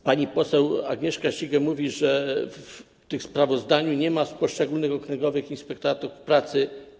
Pani poseł Agnieszka Ścigaj mówi, że w sprawozdaniu nie ma poszczególnych okręgowych inspektoratów pracy.